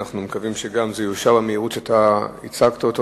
אנחנו מקווים שזה גם יאושר במהירות שבה אתה הצגת את החוק.